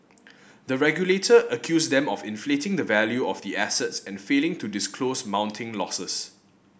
the regulator accused them of inflating the value of the assets and failing to disclose mounting losses